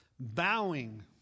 Bowing